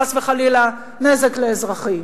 חס וחלילה, נזק לאזרחים.